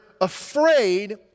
afraid